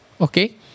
Okay